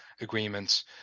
agreements